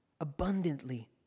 abundantly